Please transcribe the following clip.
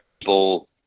people